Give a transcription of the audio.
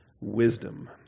wisdom